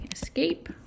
escape